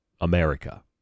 America